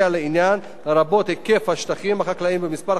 לרבות היקף השטחים החקלאיים ומספר החקלאים בתחום העירייה.